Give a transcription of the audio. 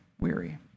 weary